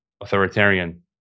authoritarian